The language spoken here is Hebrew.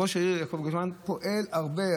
ראש העיר יעקב גוטרמן פועל הרבה.